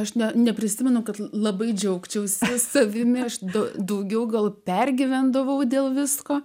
aš net neprisimenu kad labai džiaugčiausi savimi aš daug daugiau gal pergyvendavau dėl visko